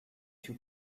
two